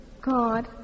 God